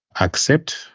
accept